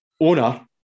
owner